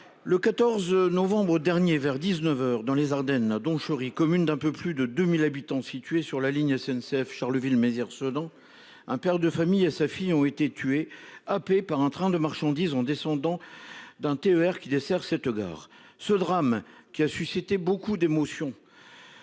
Le 14 novembre dernier, vers 19h, dans les Ardennes à Donchery commune d'un peu plus de 2000 habitants située sur la ligne SNCF, Charleville-Mézières, Sedan, un père de famille et sa fille ont été tuées happée par un train de marchandises en descendant d'un TER qui dessert cette gare ce drame qui a suscité beaucoup d'émotion.